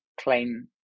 claim